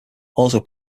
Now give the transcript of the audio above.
also